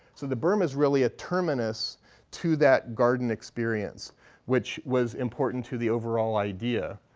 so the berm is really a terminus to that garden experience which was important to the overall idea.